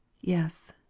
Yes